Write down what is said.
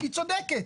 היא צודקת,